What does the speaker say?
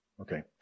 Okay